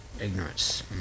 Ignorance